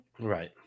Right